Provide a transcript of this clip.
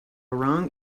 wrong